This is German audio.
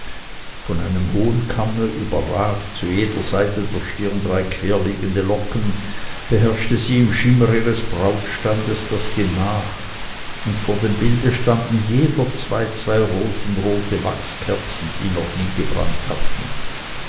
von einem hohen kamme überragt zu jeder seite der stirn drei querliegende locken beherrschte sie im schimmer ihres brautstandes das gemach und vor dem bilde standen jederzeit zwei rosenrote wachskerzen die noch nie gebrannt hatten